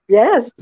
yes